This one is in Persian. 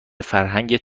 فرهنگت